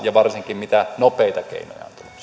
ja varsinkin mitä nopeita keinoja